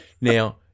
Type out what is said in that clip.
Now